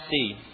see